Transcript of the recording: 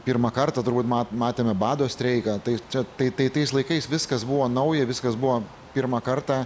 pirmą kartą turbūt ma matėme bado streiką tai čia tai tai tais laikais viskas buvo nauja viskas buvo pirmą kartą